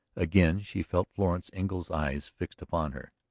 again she felt florence engle's eyes fixed upon her.